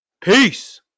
peace